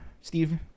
Steve